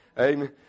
Amen